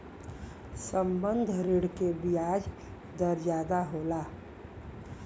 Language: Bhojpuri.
संबंद्ध ऋण के बियाज दर जादा होला